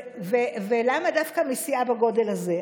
ולמה דווקא מסיעה בגודל הזה?